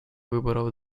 выборов